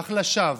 אך לשווא.